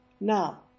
Now